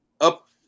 up